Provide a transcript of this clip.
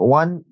one